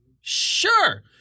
Sure